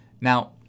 Now